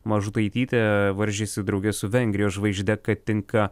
mažutaitytė varžėsi drauge su vengrijos žvaigžde katinka